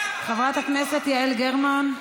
חברת הכנסת יעל גרמן,